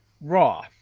Raw